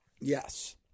Yes